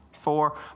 four